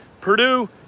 Purdue